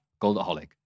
goldaholic